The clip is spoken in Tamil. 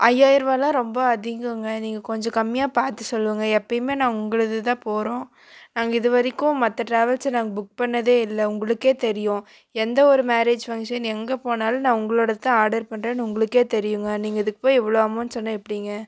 ஐயாயிருவாலாம் ரொம்ப அதிகங்க நீங்கள் கொஞ்சம் கம்மியாக பார்த்து சொல்லுங்கள் எப்போயுமே நான் உங்களுது தான் போகிறோம் நாங்கள் இது வரைக்கும் மற்ற டிராவல்ஸை நாங்கள் புக் பண்ணதே இல்லை உங்களுக்கே தெரியும் எந்த ஒரு மேரேஜ் ஃபங்க்ஷன் எங்கே போனாலும் நான் உங்களோடது தான் ஆர்டர் பண்ணுறேன்னு உங்களுக்கே தெரியுங்க நீங்கள் இதுக்கு போயி இவ்வளோ அமௌண்ட் சொன்னால் எப்படிங்க